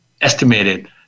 estimated